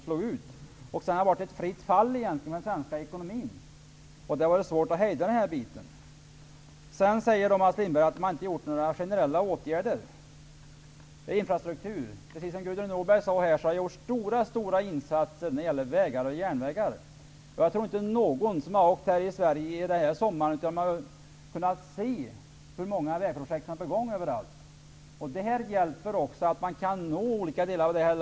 Sedan har det egentligen varit ett fritt fall för den svenska ekonomin. Det har varit svårt att hejda. Mats Lindberg säger att man inte har vidtagit några generella åtgärder i fråga om infrastruktur. Precis som Gudrun Norberg sade har det gjorts stora insatser när det gäller vägar och järnvägar. Jag tror att alla som har rest i Sverige den här sommaren har kunnat se att många vägprojekt är på gång överallt. Dessa insatser gör det också lättare att nå olika delar av landet.